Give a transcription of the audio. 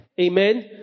Amen